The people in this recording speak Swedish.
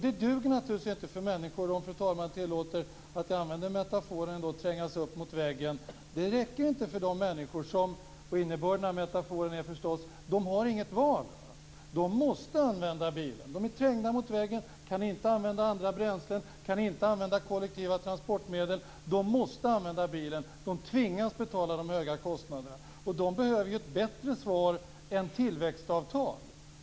Detta duger naturligtvis inte för människor som - om fru talmannen tillåter metaforen - trängs upp mot väggen. Innebörden härav är förstås att de inte har något val. De måste använda bilen och kan inte använda andra bränslen eller några kollektiva transportmedel. De tvingas betala den höga kostnaden. Dessa människor behöver ett bättre svar än en hänvisning till tillväxtavtal.